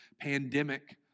pandemic